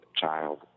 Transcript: child